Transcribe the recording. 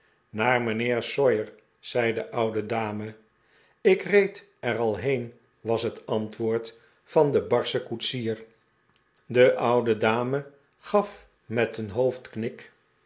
naar mijnheer sawyer zei de oude dame ik reed er al he en was het antwoord van den barschen koetsier de oude dame gaf met een hoofdknik